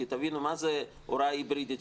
כי תבינו מה זה הוראה היברידית,